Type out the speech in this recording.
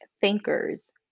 thinkers